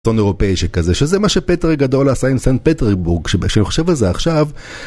טון אירופאי שכזה שזה מה שפטר הגדול עשה עם סן פטרסבורג שכשאני חושב על זה עכשיו